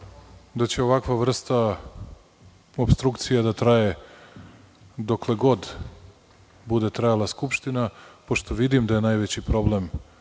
da će ovakva vrsta opstrukcije da traje dokle god bude trajala Skupština. Pošto vidim da je najveći problem